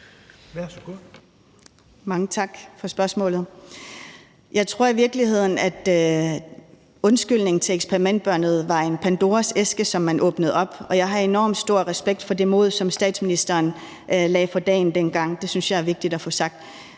Mange tak for spørgsmålet. Jeg tror i virkeligheden, at undskyldningen til eksperimentbørnene var en Pandoras æske, som man åbnede op, og jeg har enormt stor respekt for det mod, som statsministeren lagde for dagen dengang. Det synes jeg er vigtigt at få sagt.